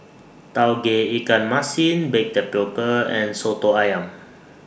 Tauge Ikan Masin Baked Tapioca and Soto Ayam